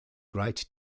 great